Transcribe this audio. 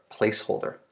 placeholder